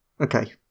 Okay